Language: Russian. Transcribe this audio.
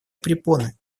препоны